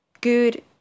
good